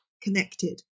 connected